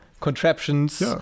contraptions